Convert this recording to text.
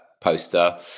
poster